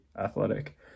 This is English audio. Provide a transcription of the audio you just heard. athletic